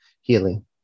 healing